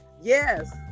Yes